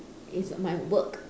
it's my work